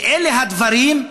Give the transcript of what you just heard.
ואלה הדברים,